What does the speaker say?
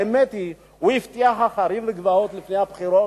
האמת היא, הוא הבטיח הרים וגבעות לפני הבחירות.